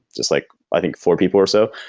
just like i think four people or so.